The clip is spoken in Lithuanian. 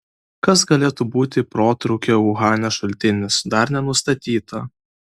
kas galėtų būti protrūkio uhane šaltinis dar nenustatyta